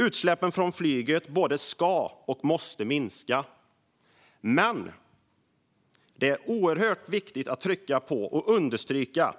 Utsläppen från flyget både ska och måste minska, men det är oerhört viktigt att understryka